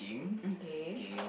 okay